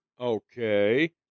Okay